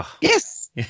Yes